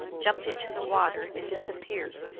jumped into the water and disappeared.